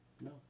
No